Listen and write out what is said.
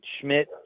Schmidt